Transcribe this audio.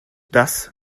das